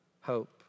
hope